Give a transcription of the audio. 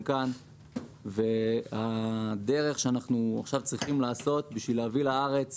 כאן והדרך שאנחנו צריכים לעשות בשביל להביא לארץ